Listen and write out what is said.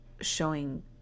showing